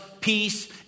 peace